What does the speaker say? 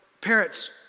Parents